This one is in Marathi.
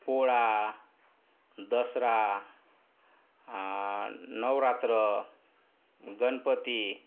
पोळा दसरा नवरात्र गणपती